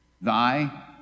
Thy